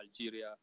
Algeria